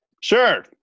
Sure